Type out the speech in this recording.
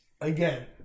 Again